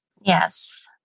Yes